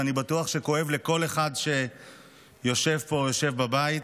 ואני בטוח שכואב לכל אחד שיושב פה או יושב בבית,